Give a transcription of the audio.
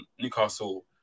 Newcastle